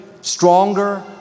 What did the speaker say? stronger